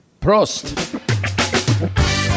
Prost